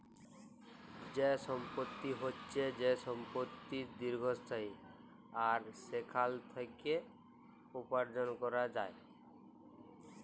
যে সম্পত্তি হচ্যে যে সম্পত্তি দীর্ঘস্থায়ী আর সেখাল থেক্যে উপার্জন ক্যরা যায়